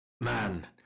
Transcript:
man